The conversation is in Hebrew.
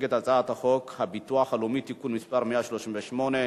את הצעת חוק הביטוח הלאומי (תיקון מס' 138),